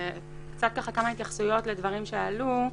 כמה התייחסויות לדברים שעלו.